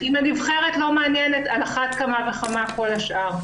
אם הנבחרת לא מעניינת על אחת וכמה וכמה כל השאר.